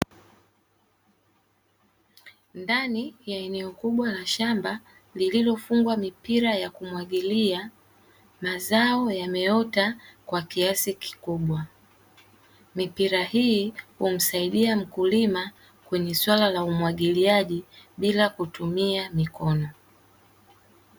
Ndani ya eneo kubwa la shamba, lililofungwa mipira ya kumwagilia, mazao yameota kwa kiasi kikubwa. Mipira hii humsaidia mkulima kwenye suala la umwagiliaji bila kutumia mikono.